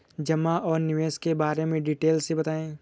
जमा और निवेश के बारे में डिटेल से बताएँ?